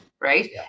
Right